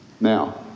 Now